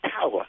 power